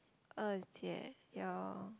二姐:Er Jie your